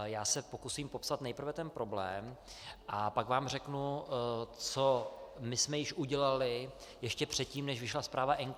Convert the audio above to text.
Já se pokusím popsat nejprve ten problém, a pak vám řeknu, co jsme již udělali ještě předtím, než vyšla zpráva NKÚ.